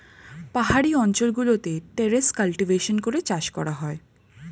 পাহাড়ি অঞ্চল গুলোতে টেরেস কাল্টিভেশন করে চাষ করা হয়